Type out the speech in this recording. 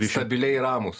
stabiliai ramūs